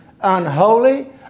unholy